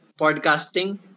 podcasting